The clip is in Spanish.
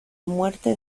muerte